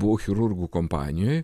buvau chirurgų kompanijoj